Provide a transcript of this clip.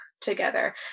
together